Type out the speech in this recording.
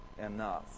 enough